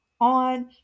on